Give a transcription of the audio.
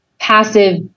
passive